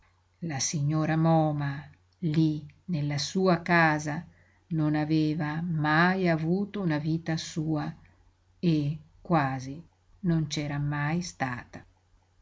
la signora moma lí nella sua casa non aveva mai avuto una vita sua e quasi non c'era mai stata